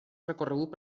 recorregut